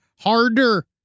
harder